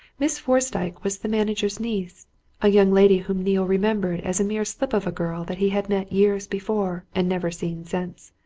miss fosdyke was the manager's niece a young lady whom neale remembered as a mere slip of a girl that he had met years before and never seen since.